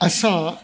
असां